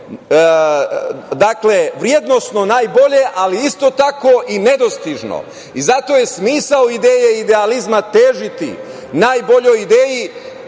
suštini vrednosno najbolje, ali isto tako i nedostižno. Zato je smisao ideje i idealizma težiti najboljoj ideji,